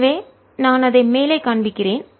எனவேநான் அதை மேலே காண்பிக்கிறேன்